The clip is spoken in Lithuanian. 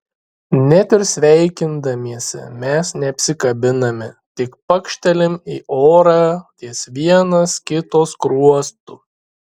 net ir sveikindamiesi mes neapsikabiname tik pakštelim į orą ties vienas kito skruostu